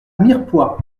mirepoix